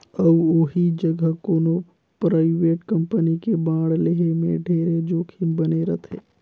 अउ ओही जघा कोनो परइवेट कंपनी के बांड लेहे में ढेरे जोखिम बने रथे